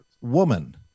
woman